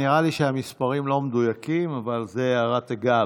נראה לי שהמספרים לא מדויקים, אבל זו הערת אגב.